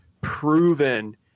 proven